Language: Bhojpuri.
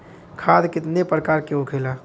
खाद कितने प्रकार के होखेला?